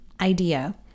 idea